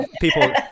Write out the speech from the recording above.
people